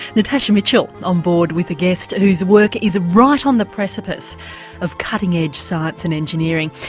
natasha mitchell on board with a guest whose work is right on the precipice of cutting edge science and engineering.